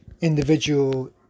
individual